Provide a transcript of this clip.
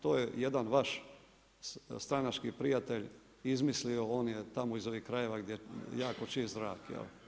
To je jedan vaš stranački prijatelj izmislio, on je tamo iz ovih krajeva gdje je jako čist zrak.